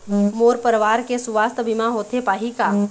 मोर परवार के सुवास्थ बीमा होथे पाही का?